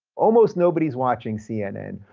almost nobody's watching cnn.